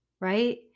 Right